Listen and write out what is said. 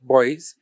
Boys